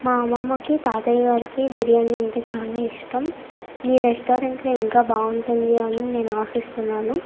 మా అమ్మమ్మకి తాతయ్య గారికి బిర్యానీ అంటే చాలా ఇష్టం మీ రెస్టారెంట్లో ఇంకా బాగుంటుంది అని నేను ఆశిస్తున్నాను